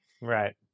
right